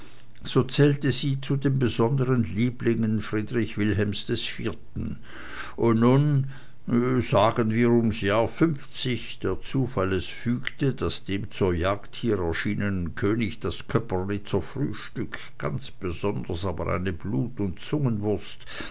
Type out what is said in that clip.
so zählte sie zu den besonderen lieblingen friedrich wilhelms iv und als nun sagen wir ums jahr fünfzig der zufall es fügte daß dem zur jagd hier erschienenen könig das köpernitzer frühstück ganz besonders aber eine blut und zungenwurst